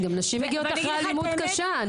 גם נשים מגיעות אחרי אלימות קשה.